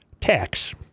Tax